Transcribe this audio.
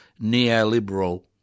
neoliberal